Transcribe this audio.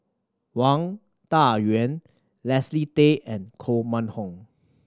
Wang Dayuan Leslie Tay and Koh Mun Hong